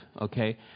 okay